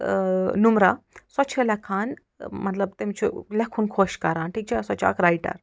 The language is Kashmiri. نُمرا سۄ چھِ لٮ۪کھان مطلب تٔمۍ چھُ لٮ۪کھُن خۄش کَران ٹھیٖک چھا سَہ چھِ اکھ رایٹر